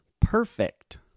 perfect